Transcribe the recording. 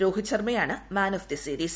രോഹിത് ശർമ്മയാണ് man of the series